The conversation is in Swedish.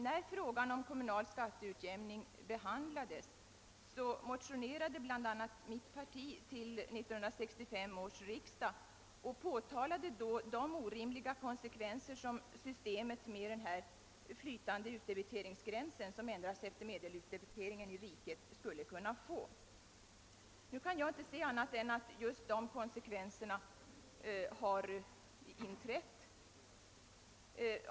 När frågan om kommunal skatteutjämning behandlades vid 1965 års riksdag påtalades i en motion från mitt parti de orimliga konsekvenser som skulle kunna följa av systemet med den s.k. flytande utdebiteringsgränsen, vilken ändras med ledning av medelutdebiteringen i riket. Jag kan nu inte finna annat än att just dessa konsekvenser har uppkommit.